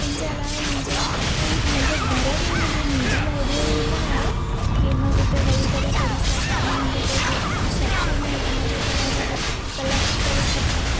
इन जे अलावा मुंहिंजी कोई मुंहिंजे घर में ई मुंहिंजे निजी लाइब्रेरी न आहे के मां जिते वेही करे पढ़ी सघा न मुंहिंजो कोई बुक्स सेक्शन आहे की मुंहिंजो त पंहिंजी बुक्स क्लेक्ट करे सघां